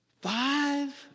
Five